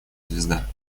звезда